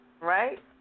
Right